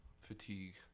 fatigue